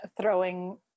throwing